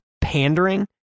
pandering